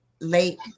late